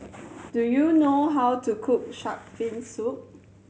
do you know how to cook Shark's Fin Soup